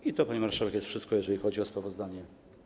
I to, pani marszałek, jest wszystko, jeżeli chodzi o sprawozdanie.